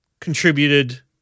contributed